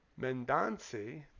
Mendancy